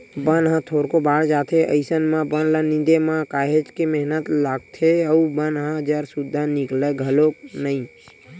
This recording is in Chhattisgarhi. बन ह थोरको बाड़ जाथे अइसन म बन ल निंदे म काहेच के मेहनत लागथे अउ बन ह जर सुद्दा निकलय घलोक नइ